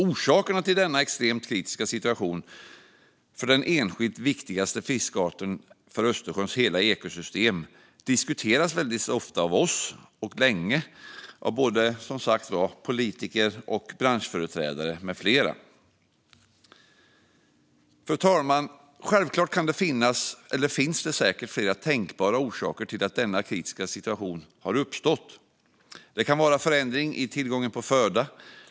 Orsakerna till denna extremt kritiska situation för den enskilt viktigaste fiskarten för Östersjöns hela ekosystem diskuteras väldigt ofta och länge av oss politiker, branschföreträdare med flera. Fru talman! Självklart kan det finnas och finns säkert flera tänkbara orsaker till att denna kritiska situation har uppstått. Det kan vara förändring i tillgången på föda.